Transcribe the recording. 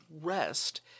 Rest